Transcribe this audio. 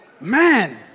man